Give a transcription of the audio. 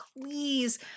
please